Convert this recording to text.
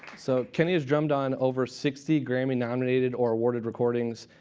so kenny has drummed on over sixty grammy-nominated or awarded recordings,